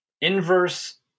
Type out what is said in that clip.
inverse